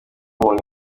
umuntu